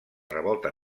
revolta